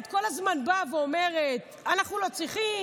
את כל הזמן באה ואומרת: אנחנו לא צריכים,